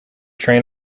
train